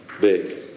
Big